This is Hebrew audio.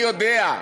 אני יודע,